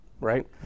right